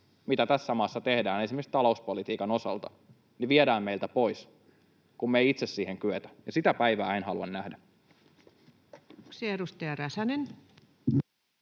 mitä tässä maassa tehdään esimerkiksi talouspolitiikan osalta, viedään meiltä pois, kun me itse ei siihen kyetä. Ja sitä päivää en halua nähdä.